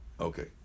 Okay